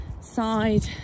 side